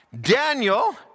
Daniel